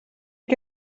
que